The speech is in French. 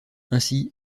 ainsi